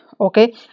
okay